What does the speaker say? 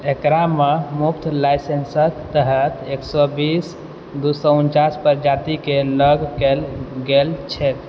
एकरामे मुफ्त लाइसेंसक तहत एक सए बीस दू सए उनचास प्रजातिके लॉग कयल गेल छैक